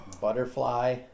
Butterfly